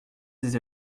des